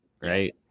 Right